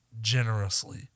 generously